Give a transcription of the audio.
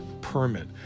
permit